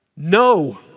No